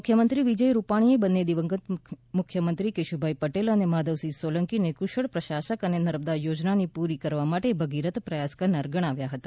મુખ્યમંત્રી વિજય રૂપાણીએ બંન્ને દિવંગત મુખ્યમંત્રી કેશુભાઈ પટેલ અને માધવસિંહ સોલંકીને કૃશળ પ્રશાસક અને નર્મદા યોજનાને પૂરી કરવામાટે ભગીરથ પ્રયાસ કરનાર ગણાવ્યા હતા